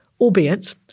albeit